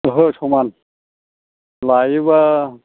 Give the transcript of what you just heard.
ओहो समान लायोबा